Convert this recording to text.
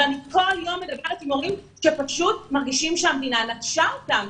אבל אני כל יום מדברת עם הורים שמרגישים שהמדינה נטשה אותם,